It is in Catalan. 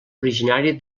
originari